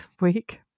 week